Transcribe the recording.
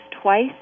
twice